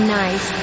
nice